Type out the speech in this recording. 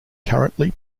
currently